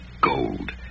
gold